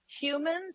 humans